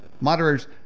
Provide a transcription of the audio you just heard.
moderators